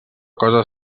cosa